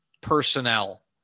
personnel